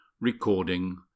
Recording